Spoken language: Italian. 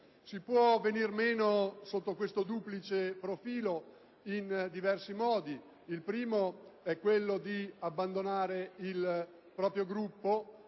Si può venir meno sotto questo duplice profilo in diversi modi. Il primo è quello di abbandonare il proprio Gruppo